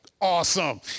awesome